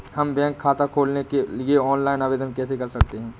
हम बैंक खाता खोलने के लिए ऑनलाइन आवेदन कैसे कर सकते हैं?